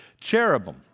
cherubim